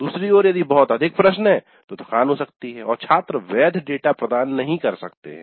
दूसरी ओर यदि बहुत अधिक प्रश्न हैं तो थकान हो सकती है और छात्र वैध डेटा प्रदान नहीं कर सकते हैं